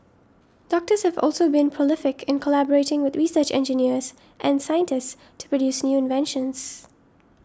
doctors have also been prolific in collaborating with research engineers and scientists to produce new inventions